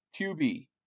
QB